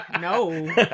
no